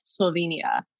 Slovenia